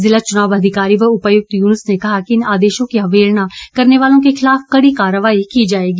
ज़िला चुनाव अधिकारी व उपायुक्त यूनुस ने कहा कि इन आदेशों की अवहेलना करने वालों के खिलाफ कड़ी कार्रवाई की जाएगी